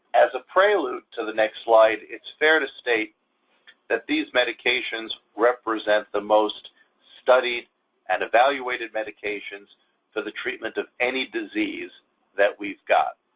as a prelude to the next slide, it's fair to state that these medications represent the most studied and evaluated medications for the treatment of any disease that we've got.